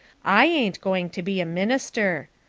i ain't going to be a minister.